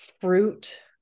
fruit